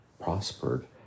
prospered